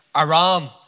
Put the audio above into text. Iran